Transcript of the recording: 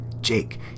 Jake